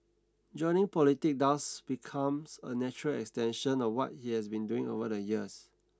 joining politics thus becomes a natural extension of what he has been doing over the years